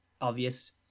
obvious